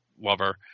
lover